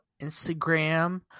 instagram